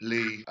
Lee